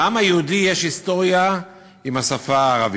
לעם היהודי יש היסטוריה עם השפה הערבית.